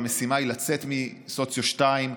והמשימה היא לצאת מסוציו 2,